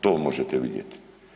To možete vidjeti.